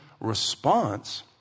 response